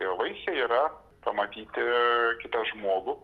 tie vaisiai yra pamatyti kitą žmogų